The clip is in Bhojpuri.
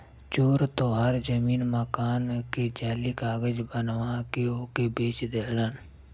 चोर तोहार जमीन मकान के जाली कागज बना के ओके बेच देलन